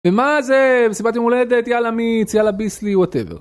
ומה זה, מסיבת יומולדת, יאללה מיץ, יאללה ביסלי, וואטאבר.